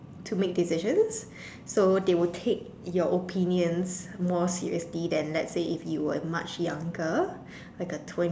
to make decisions so they will take your opinions more seriously then let's say if you were much younger